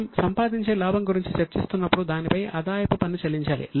మనం సంపాదించే లాభం గురించి చర్చిస్తున్నప్పుడు దానిపై ఆదాయపు పన్ను చెల్లించాలి